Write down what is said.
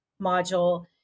module